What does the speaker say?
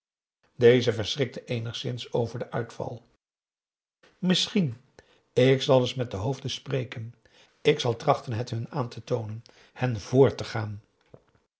deze verschrikte eenigszins over den uitval misschien ik zal eens met de hoofden spreken ik zal trachten het hun aan te toonen hen voor te gaan